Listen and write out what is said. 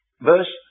verse